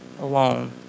alone